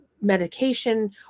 medication